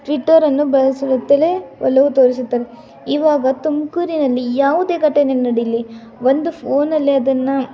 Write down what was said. ಟ್ವಿಟರನ್ನು ಬಳಸುವತ್ತಲೇ ಒಲವು ತೋರಿಸುತ್ತದೆ ಇವಾಗ ತುಮಕೂರಿನಲ್ಲಿ ಯಾವುದೇ ಘಟನೆ ನಡೀಲಿ ಒಂದು ಫೋನಲ್ಲಿ ಅದನ್ನು